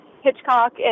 Hitchcock